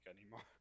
anymore